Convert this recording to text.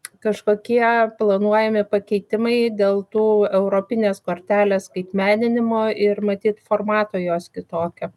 kažkokie planuojami pakeitimai dėl tų europinės kortelės skaitmeninimo ir matyt formato jos kitokio